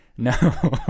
No